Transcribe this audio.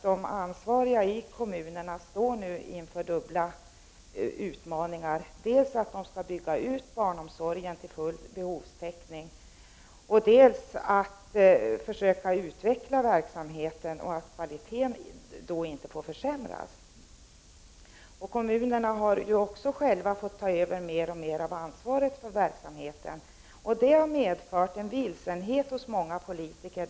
De ansvariga i kommunerna står nu inför dubbla utmaningar: de skall dels bygga ut barnomsorgen till full behovstäckning, dels försöka utveckla verksamheten utan att kvaliteten försämras. Kommunerna har ju också själva fått ta över mer och mer ansvar för verksamheten. Detta har medfört en vilsenhet hos många politiker.